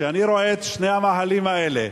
כשאני רואה את שני המאהלים האלה,